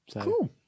Cool